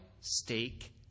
stake